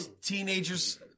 Teenager's